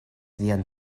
vian